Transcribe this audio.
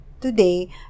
today